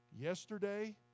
Yesterday